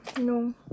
No